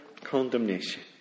condemnation